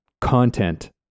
content